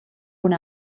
cun